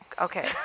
okay